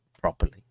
properly